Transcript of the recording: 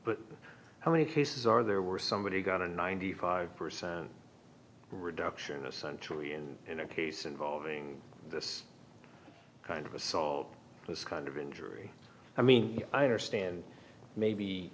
but how many cases are there were somebody got a ninety five percent reduction essentially and in a case involving this kind of assault this kind of injury i mean i understand maybe